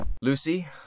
Lucy